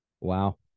Wow